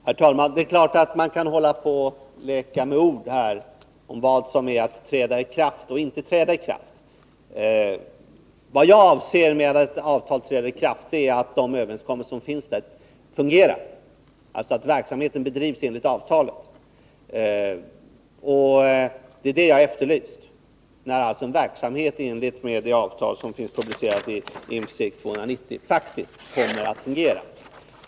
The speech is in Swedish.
Herr talman! Det är klart att man kan hålla på att leka med ord om vad som är att träda i kraft och att inte träda i kraft. Vad jag avser med att ett avtal träder i kraft är att de överenskommelser som finns fungerar, dvs. att verksamheten bedrivs enligt avtalet. Det är detta jag har efterlyst — när en verksamhet enligt det avtal som finns publicerat i Infcirk 290 faktiskt kommer att fungera.